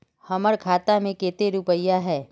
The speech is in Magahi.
हमर खाता में केते रुपया है?